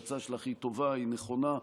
שההצעה שלך היא טובה, היא נכונה.